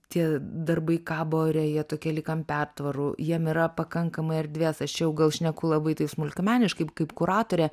tie darbai kabo ore jie tokia lyg ant pertvarų jiem yra pakankamai erdvės aš čia jau gal šneku labai tai smulkmeniškai kaip kuratorė